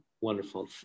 Wonderful